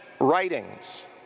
writings